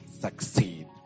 succeed